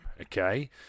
okay